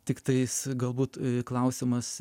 tiktais galbūt klausimas